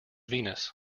venus